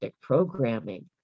programming